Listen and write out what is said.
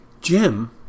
Jim